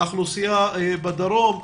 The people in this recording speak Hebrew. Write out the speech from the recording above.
האוכלוסייה בדרום,